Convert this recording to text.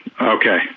Okay